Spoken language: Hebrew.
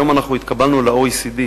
היום אנחנו התקבלנו ל-OECD,